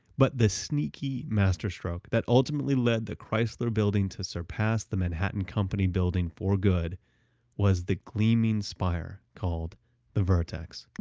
but the sneaky master stroke that ultimately led the chrysler building to surpass the manhattan company building for good was the gleaming spire called the vertex.